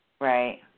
Right